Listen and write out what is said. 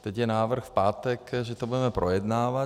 Teď je návrh v pátek, že to budeme projednávat.